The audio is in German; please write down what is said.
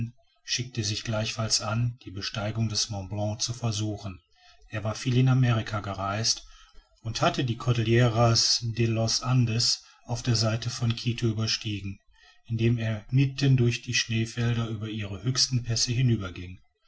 schickte sich gleichfalls an die besteigung des mont blanc zu versuchen er war viel in amerika gereist und hatte die cordilleras de los andes auf der seite von quito überschritten indem er mitten durch die schneefelder über ihre höchsten pässe